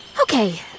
Okay